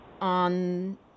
on